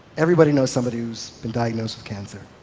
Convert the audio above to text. everybody knows somebody who's been diagnosed with cancer.